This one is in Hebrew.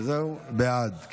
בעד.